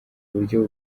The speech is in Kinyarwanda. buryo